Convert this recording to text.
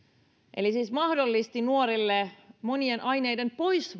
eli siis mahdollisti nuorille monien aineiden pois